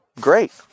great